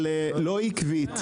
אבל היא לא עקבית.